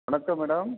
வணக்கம் மேடம்